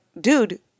dude